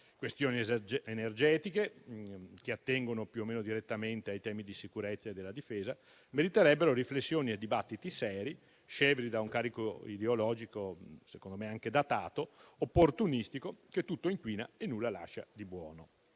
Questioni energetiche, che attengono, più o meno direttamente, ai temi della sicurezza e della difesa, meriterebbero riflessioni e dibattiti seri, scevri da un carico ideologico, secondo me anche datato, e opportunistico, che tutto inquina e nulla lascia di buono.